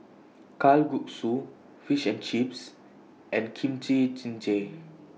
Kalguksu Fish and Chips and Kimchi Jjigae